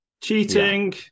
Cheating